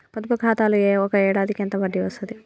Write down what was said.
పొదుపు ఖాతాలో ఒక ఏడాదికి ఎంత వడ్డీ వస్తది?